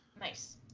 Nice